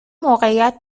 موقعیت